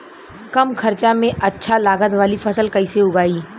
कम खर्चा में अच्छा लागत वाली फसल कैसे उगाई?